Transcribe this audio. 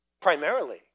primarily